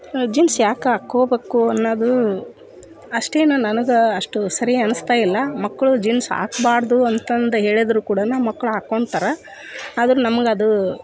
jeans ಯಾಕೆ ಹಾಕ್ಕೋಬೇಕು ಅನ್ನೋದು ಅಷ್ಟೇನೂ ನನಗೆ ಅಷ್ಟು ಸರಿ ಅನಿಸ್ತಾ ಇಲ್ಲ ಮಕ್ಕಳು ಜೀನ್ಸ್ ಹಾಕಬಾರ್ದು ಅಂತಂದು ಹೇಳಿದರೂ ಕೂಡ ಮಕ್ಳು ಹಾಕ್ಕೊಂತಾರ ಆದರೂ ನಮ್ಗೆ ಅದು